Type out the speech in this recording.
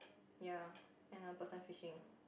ya and a person fishing